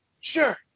Sure